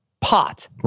pot